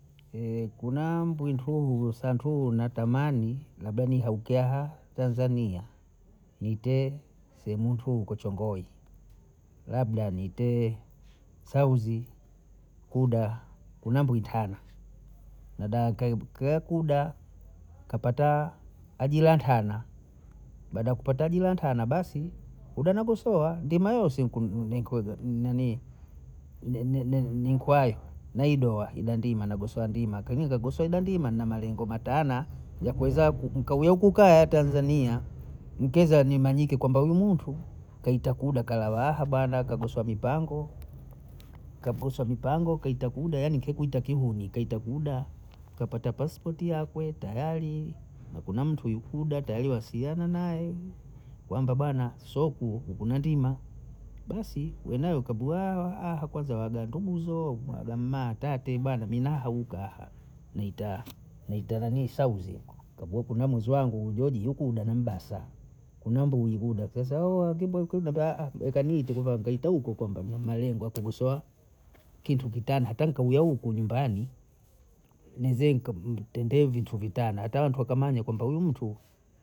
kuna mbwi i ntuhu, santuhu natamani labda nihauke aha Tanzania, niite semuntu uko chongoi, labda niite sauzi kuda kuna mbwitana, nadaa kaebu kea kuda kapata ajira tana, baada ya kupata ajira ntana, basi udamambo soya, ndima yao si ni- nii nikwae naidoa ida ndima nagosowa ndima kini kagosowa ida ndima na malengo matana ya kweza ku kawia uku kaya Tanzania, mkeza nimanyike kwamba huyu muntu kaita kuda kalawa ahaba na kagosowa mipango, kakoswa mipango, kaita kuda yaani ke kuita kihuni, kaita kuda kapata pasipoti yakwe tayari kuna mtu ikuda tayari wasiliana nae, kwamba bwana soku huku kuna ndima, basi wenao kaduawa aha kwanza waganduzo wagamma atake bana mina hauka aha, nita nanii sauzi, kawambia kuna mwuzwi wangu ujeji ukuda nambasa, kuna mbwiu uda, sasa wewe akiba ikuda ambia ukamite kusema kaite huko huko mbai, malengo ya kugosowa kitu kitana hata nkawia huku nyumbani nize nika vitende vitu vitana hata watu wakamanya kumbe huyu mntu